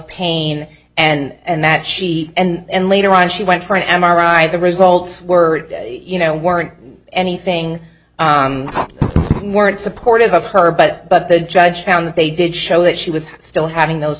pain and that she and later on she went for an m r i the results were you know weren't anything weren't supportive of her but but the judge found that they did show that she was still having those